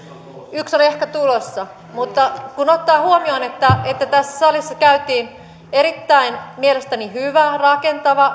yksi on ehkä tulossa mutta kun ottaa huomioon että tässä salissa käytiin mielestäni erittäin hyvä rakentava